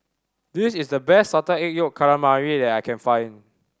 this is the best Salted Egg Yolk Calamari that I can find